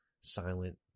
silent